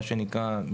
מה שנקרא,